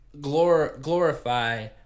glorify